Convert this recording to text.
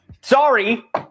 sorry